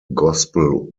gospel